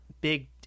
big